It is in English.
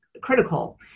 critical